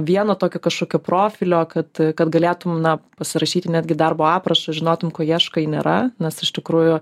vieno tokio kažkokio profilio kad kad galėtum na pasirašyti netgi darbo aprašą žinotum ko ieškai nėra nes iš tikrųjų